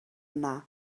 yna